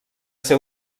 ser